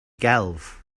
gelf